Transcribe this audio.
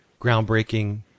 groundbreaking